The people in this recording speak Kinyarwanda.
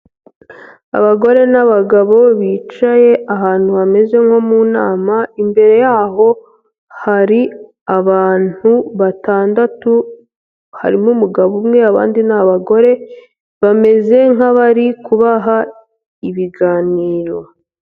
Abagore n'abagabo bicaye ahantu hameze nko mu nama, imbere yaho hari abantu batandatu, harimo umugabo umwe, abandi ni abagore, bameze nk'abari kubaha ibiganiro.